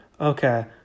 Okay